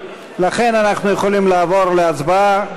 לכן אנחנו יכולים לעבור להצבעה.